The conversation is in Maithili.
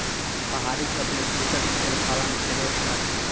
पहाड़ी क्षेत्र में कृषक भेड़ पालन करैत अछि